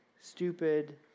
stupid